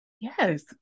yes